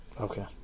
Okay